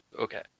okay